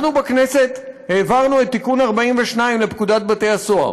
אנחנו בכנסת העברנו את תיקון 42 לפקודת בתי-הסוהר